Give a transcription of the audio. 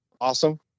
awesome